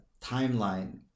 timeline